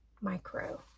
micro